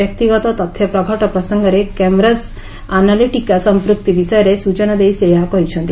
ବ୍ୟକ୍ତିଗତ ତଥ୍ୟ ପ୍ରଘଟ ପ୍ରସଙ୍ଗରେ କେମ୍ବ୍ରଜ୍ ଆନାଲିଟିକା ସମ୍ପୃକ୍ତି ବିଷୟରେ ସୂଚନା ଦେଇ ସେ ଏହା କହିଛନ୍ତି